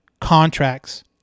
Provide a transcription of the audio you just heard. contracts